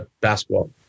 basketball